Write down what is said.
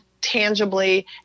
tangibly